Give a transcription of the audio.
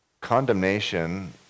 condemnation